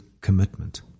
commitment